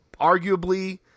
arguably –